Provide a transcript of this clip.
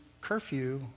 curfew